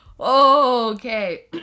Okay